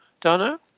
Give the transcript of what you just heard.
Donna